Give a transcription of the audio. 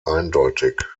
eindeutig